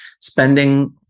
Spending